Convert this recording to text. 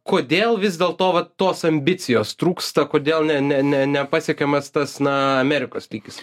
kodėl vis dėl to va tos ambicijos trūksta kodėl ne ne ne nepasiekiamas tas na amerikos lygis